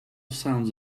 sounds